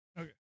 Okay